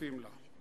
שותפים לה.